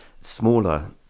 smaller